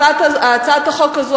הצעת החוק הזו,